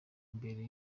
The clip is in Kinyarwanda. mbere